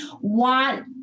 want